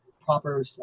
proper